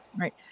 Right